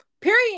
period